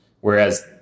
Whereas